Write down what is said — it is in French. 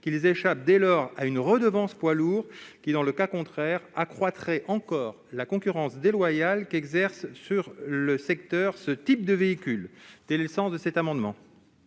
qu'ils échappent, dès lors, à une redevance poids lourds qui, dans le cas contraire, accroîtrait encore la concurrence déloyale qu'exerce sur le secteur ce type de véhicule. L'amendement